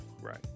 Right